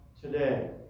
today